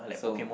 so